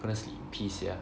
wanna sleep in peace sia